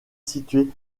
situé